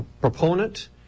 proponent